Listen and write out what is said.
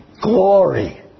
glory